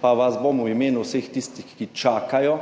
pa vas bom v imenu vseh tistih, ki čakajo